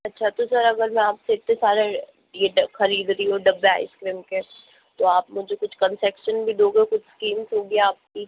अच्छा तो सर अगर मैं आपसे इतने सारे ये खरीद रही हूँ डब्बे आइसक्रीम के तो आप मुझे कुछ कन्सेशन भी दोगे कुछ स्कीम होगी आपकी